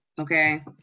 okay